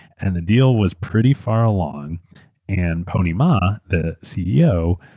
and the deal was pretty far along and pony ma, the ceo,